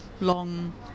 long